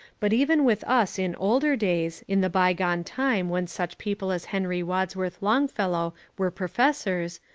but even with us in older days, in the bygone time when such people as henry wadsworth longfellow were professors,